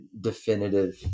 definitive